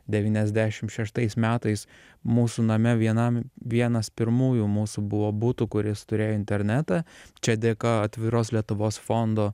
devyniasdešim šeštais metais mūsų name vienam vienas pirmųjų mūsų buvo butų kuris turėjo internetą čia dėka atviros lietuvos fondo